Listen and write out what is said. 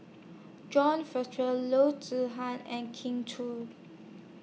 John Fraser Loo Zihan and Kin Chui